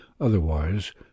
Otherwise